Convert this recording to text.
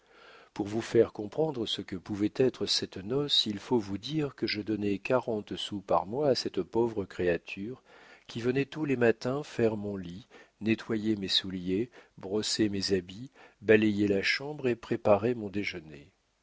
pour vous faire comprendre ce que pouvait être cette noce il faut vous dire que je donnais quarante sous par mois à cette pauvre créature qui venait tous les matins faire mon lit nettoyer mes souliers brosser mes habits balayer la chambre et préparer mon déjeuner